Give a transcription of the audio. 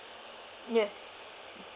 yes